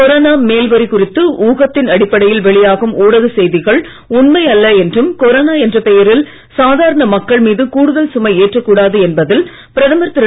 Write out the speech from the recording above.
corona மேல் வரி குறித்து ஊகத்தின் அடிப்படையில் வெளியாகும் ஊடகச் செய்திகள் உண்மை அல்ல என்றும் கொரோனா என்ற பெயரில் சாதாரண மக்கள் மீது கூடுதல் சுமை ஏற்றக் கூடாது என்பதில் பிரதமர் திரு